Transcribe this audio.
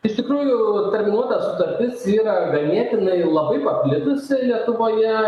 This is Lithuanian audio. iš tikrųjų terminuota sutartis yra ganėtinai labai paplitusi lietuvoje